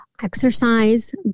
exercise